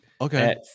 Okay